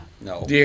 No